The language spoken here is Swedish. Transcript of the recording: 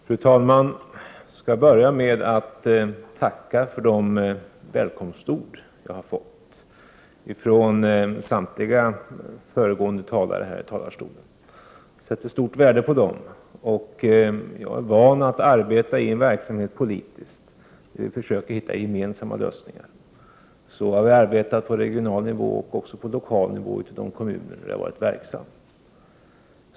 Fru talman! Jag skall börja med att tacka för de välkomstord jag har fått ifrån samtliga föregående talare här i talarstolen. Jag sätter stort värde på dem. Jag är van vid att arbeta politiskt i en verksamhet där man försöker hitta gemensamma lösningar. Så har vi arbetat på regional nivå och också på lokal nivå ute i de kommuner där jag har varit verksam.